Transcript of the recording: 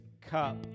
cup